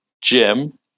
Jim